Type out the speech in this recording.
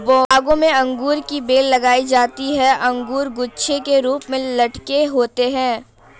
बागों में अंगूर की बेल लगाई जाती है अंगूर गुच्छे के रूप में लटके होते हैं